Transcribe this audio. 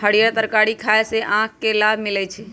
हरीयर तरकारी खाय से आँख के लाभ मिलइ छै